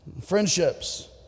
Friendships